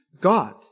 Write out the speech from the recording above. God